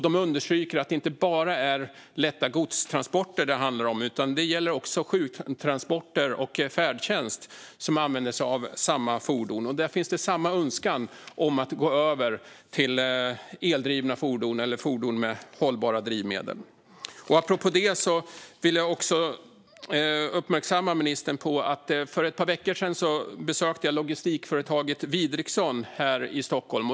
De understryker att det inte bara är lätta godstransporter det handlar om. Också sjuktransporter och färdtjänst använder sig av samma fordon. Där finns det samma önskan om att gå över till eldrivna fordon eller fordon med hållbara drivmedel. Apropå det vill jag också uppmärksamma ministern på att jag för ett par veckor sedan besökte logistikföretaget Widriksson här i Stockholm.